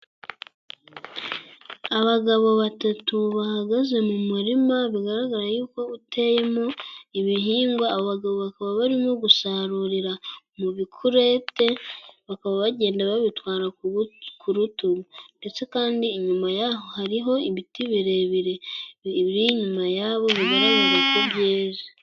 Abagabo batatu bahagaze mu murima, bigaragara y'uko uteyemo ibihingwa, aba bagabo bakaba barimo gusarurira mu bikurete, bakaba bagenda babitwara ku rutugu, ndetse kandi inyuma yaho hariho imiti birebire biri inyuma yabo bigaragara ko byeze.